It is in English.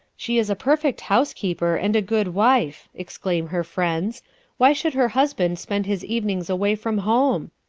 she is a perfect housekeeper and a good wife exclaim her friends why should her husband spend his evenings away from home?